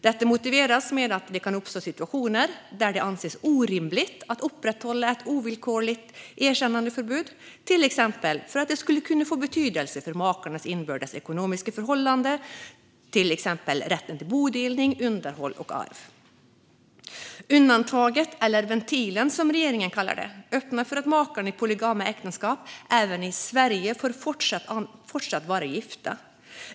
Detta motiveras med att det kan uppstå situationer där det anses orimligt att upprätthålla ett ovillkorligt erkännandeförbud, till exempel för att det skulle kunna få betydelse för makarnas inbördes ekonomiska förhållande när det gäller exempelvis rätten till bodelning, underhåll och arv. Undantaget eller ventilen, som regeringen kallar det, öppnar för att makarna i polygama äktenskap fortsatt får vara gifta även i Sverige.